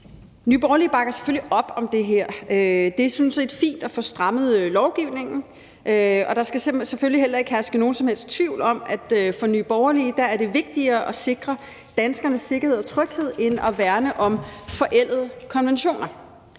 Nye Borgerlige bakker selvfølgelig op om det her. Det er sådan set fint at få strammet lovgivningen, og der skal selvfølgelig heller ikke herske nogen som helst tvivl om, at for Nye Borgerlige er det vigtigere at sikre danskernes sikkerhed og tryghed end at værne om forældede konventioner,